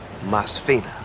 Masfina